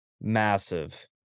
massive